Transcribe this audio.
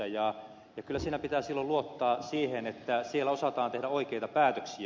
kyllä siinä pitää silloin luottaa siihen että siellä osataan tehdä oikeita päätöksiä